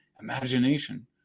Imagination